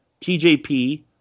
TJP